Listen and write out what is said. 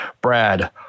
brad